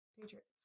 Patriots